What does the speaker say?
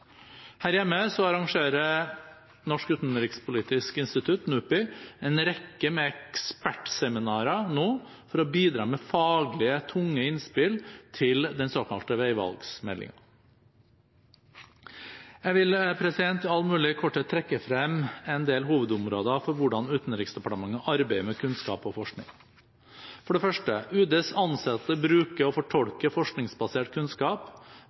Her hjemme arrangerer Norsk Utenrikspolitisk Institutt, NUPI, nå en rekke med ekspertseminarer for å bidra med faglige, tunge innspill til den såkalte veivalgmeldingen. Jeg vil i all mulig korthet trekke frem en del hovedområder for hvordan Utenriksdepartementet arbeider med kunnskap og forskning. For det første: Utenriksdepartementets ansatte bruker og fortolker forskningsbasert kunnskap